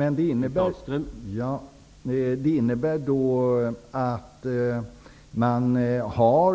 Herr talman! Innebär det att man inte har